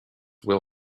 will